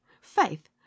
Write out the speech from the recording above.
Faith